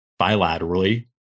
bilaterally